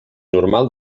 normal